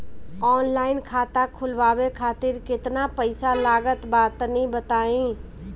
Online खाता खूलवावे खातिर केतना पईसा लागत बा तनि बताईं?